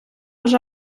вже